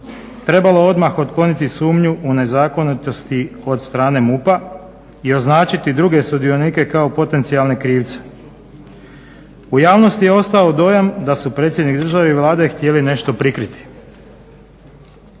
trebalo odmah otkloniti sumnju u nezakonitosti od strane MUP-a i označiti druge sudionike kao potencijalne krivce. U javnosti je ostao dojam da su predsjednik države i Vlade htjeli nešto prikriti.